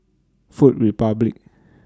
Food Republic